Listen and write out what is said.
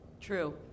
True